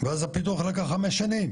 ואז הפיתוח לקח חמש שנים